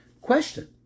Question